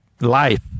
life